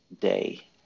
day